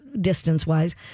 distance-wise